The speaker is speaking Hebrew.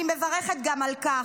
אני מברכת גם על כך.